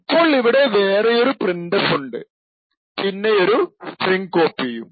ഇപ്പോൾ ഇവിടെ വേറെയൊരു printf ഉണ്ട് പിന്നെയൊരു strcpy യും